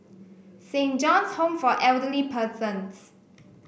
Saint John's Home for Elderly Persons